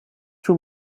too